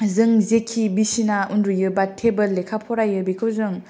जों जेखि बिसिना उन्दुयो बा तेबोल लेखा फरायो बेखौ जों